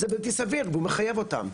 זה בלתי סביר והוא מחייב אותם,